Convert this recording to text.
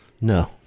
No